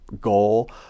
goal